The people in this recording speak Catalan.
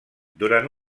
durant